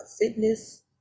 fitness